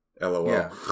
lol